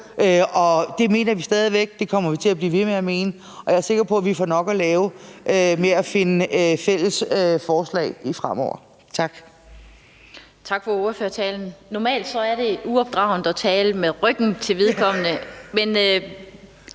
det mener vi stadig væk, og det kommer vi til at blive ved med at mene. Og jeg er sikker på, at vi får nok at lave med at finde fælles forslag fremover. Tak.